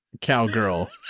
cowgirl